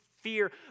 fear